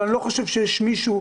ואני לא חושב שיש מישהו,